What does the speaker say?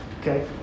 Okay